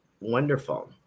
Wonderful